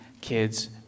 kids